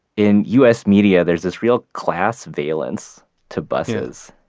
in us media, there's this real class valence to buses.